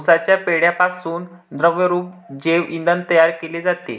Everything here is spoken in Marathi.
उसाच्या पेंढ्यापासून द्रवरूप जैव इंधन तयार केले जाते